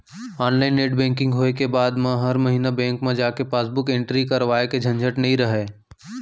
online net banking होय के बाद म हर महिना बेंक म जाके पासबुक एंटरी करवाए के झंझट नइ रहय